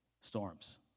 Storms